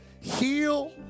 heal